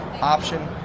option